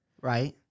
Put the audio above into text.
Right